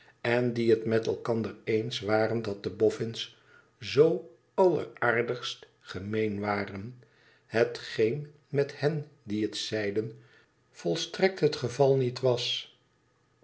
en die het met elkander eens waren dat de boffins zoo t alleraardigst gemeen waren hetgeen met hen die het zeiden volstrekt het geval niet was